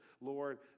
Lord